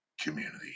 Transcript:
community